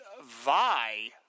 Vi